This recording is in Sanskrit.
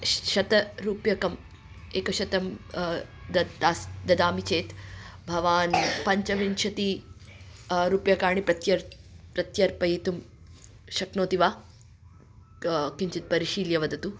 शतं रूप्यकाणि एकशतं दद दासः ददामि चेत् भवान् पञ्चविंशतिः रूप्यकाणि प्रत्यर् प्रत्यर्पयितुं शक्नोति वा ग् किञ्चित् परिशील्य वदतु